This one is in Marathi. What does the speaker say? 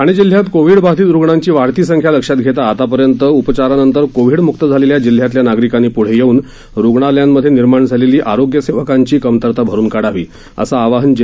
ठाणे जिल्ह्यात कोविड बाधित रुग्णांची वाढती संख्या लक्षात घेता आतापर्यंत उपचानंतर कोविड मुक्त झालेल्या जिल्ह्यातल्या नागरिकांनी प्ढे येऊन रुग्णालयांमध्ये निर्माण झालेली आरोग्य सेवकांची कमतरता भरून काढावी असं आवाहन जिल्हा प्रशासनानं केलं आहे